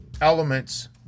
elements